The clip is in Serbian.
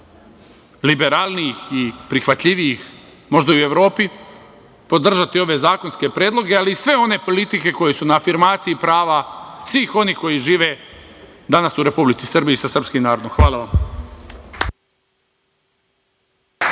liberalnijih i prihvatljivijih, možda u Evropi, podržati ove zakonske predloge, ali i sve one politike koje su na afirmaciji prava svih onih kojih žive danas u Republici Srbiji sa srpskim narodom. Hvala vam.